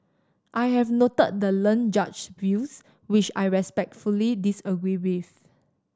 I have noted the learned judge's views which I respectfully disagree with